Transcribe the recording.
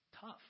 tough